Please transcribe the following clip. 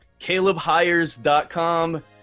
CalebHires.com